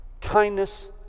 kindness